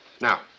Now